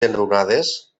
enrunades